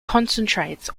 concentrates